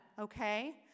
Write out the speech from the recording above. Okay